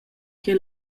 che